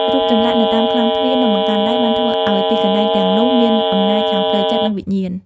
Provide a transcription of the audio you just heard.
រូបចម្លាក់នៅតាមក្លោងទ្វារ និងបង្កាន់ដៃបានធ្វើឲ្យទីកន្លែងទាំងនោះមានអំណាចខាងផ្លូវចិត្ត និងវិញ្ញាណ។